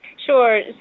Sure